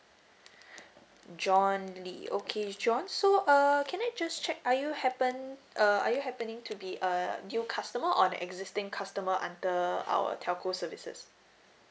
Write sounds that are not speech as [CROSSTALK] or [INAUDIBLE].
[BREATH] john lee okay john so err can I just check are you happen uh are you happening to be uh new customer or an existing customer under our telco services